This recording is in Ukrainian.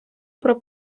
про